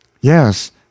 YES